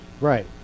Right